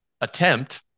attempt